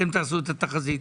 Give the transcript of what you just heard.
אתם תעשו את התחזית.